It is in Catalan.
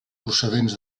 procedents